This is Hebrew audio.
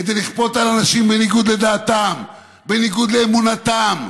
כדי לכפות על אנשים בניגוד לדעתם, בניגוד לאמונתם,